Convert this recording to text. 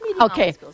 Okay